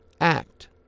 act